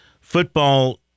football